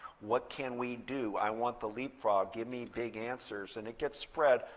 what can we do? i want the leapfrog. give me big answers. and it gets spread.